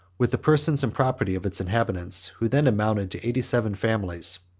with the persons and property of its inhabitants, who then amounted to eighty-seven families.